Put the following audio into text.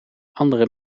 andere